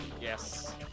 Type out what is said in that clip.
Yes